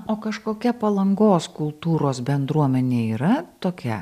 o kažkokia palangos kultūros bendruomenė yra tokia